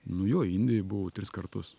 nu jo indijoj buvau tris kartus